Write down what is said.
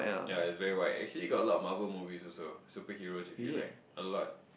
yea it's very wide actually got a lot of Marvel movies also superhero if you like a lot